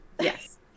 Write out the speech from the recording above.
Yes